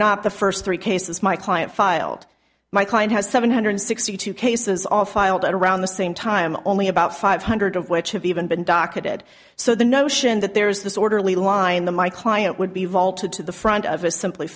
not the first three cases my client filed my client has seven hundred sixty two cases all filed at around the same time only about five hundred of which have even been docketed so the notion that there is this orderly line in the my client would be vaulted to the front of a simply